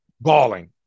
bawling